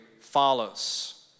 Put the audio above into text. follows